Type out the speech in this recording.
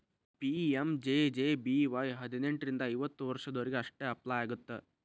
PMJJBY ಹದಿನೆಂಟರಿಂದ ಐವತ್ತ ವರ್ಷದೊರಿಗೆ ಅಷ್ಟ ಅಪ್ಲೈ ಆಗತ್ತ